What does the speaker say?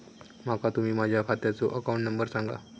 माका तुम्ही माझ्या खात्याचो अकाउंट नंबर सांगा?